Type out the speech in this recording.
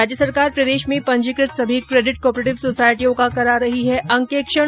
राज्य सरकार प्रदेश में पंजीकृत सभी केडिट कॉपरेटिव सोसायटियों का करा रही है अंकेक्षण